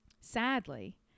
sadly